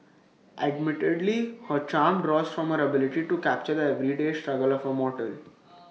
admittedly her charm draws from her ability to capture the everyday struggle of A mortal